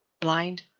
blind